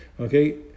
Okay